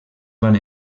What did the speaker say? van